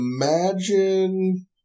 imagine